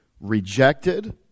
rejected